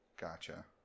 Gotcha